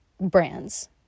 Brands